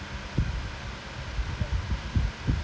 so you just transcribe then they'll give you sixty five dollars